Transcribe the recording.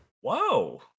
whoa